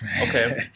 Okay